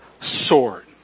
sword